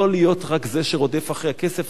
לא להיות רק זה שרודף אחרי הכסף,